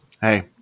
Hey